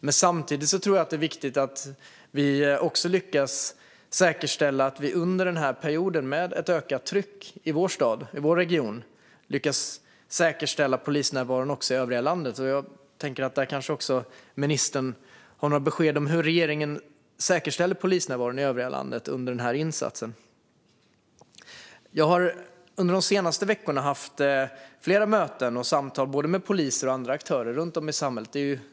Jag tror också att det är viktigt att vi samtidigt som vi lyckas säkerställa polisnärvaron under denna period med ett ökat tryck i vår stad och vår region också lyckas säkerställa polisnärvaron i övriga landet. Ministern kanske har några besked att lämna om hur regeringen säkerställer polisnärvaron i övriga landet under den här insatsen. Jag har de senaste veckorna haft flera möten och samtal med både poliser och andra aktörer runt om i samhället.